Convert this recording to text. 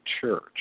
Church